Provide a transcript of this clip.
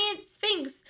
sphinx